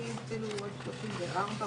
הרציונל הוא ברור,